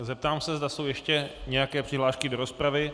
Zeptám se, zda jsou ještě nějaké přihlášky do rozpravy.